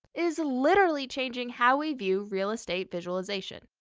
is literally changing how we view real-estate visualization.